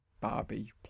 Barbie